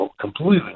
completely